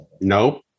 Nope